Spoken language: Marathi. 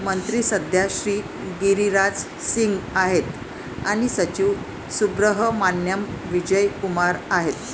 मंत्री सध्या श्री गिरिराज सिंग आहेत आणि सचिव सुब्रहमान्याम विजय कुमार आहेत